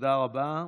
תודה רבה.